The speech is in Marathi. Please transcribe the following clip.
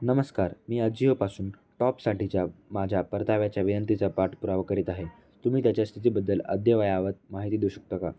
नमस्कार मी अज्जिओपासून टॉपसाठीच्या माझ्या परताव्याच्या विनंतीचा पाठपुरावा करीत आहे तुम्ही त्याच्या स्थितीबद्दल अद्ययावत माहिती देऊ शकता का